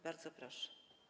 Bardzo proszę.